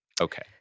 Okay